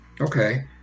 Okay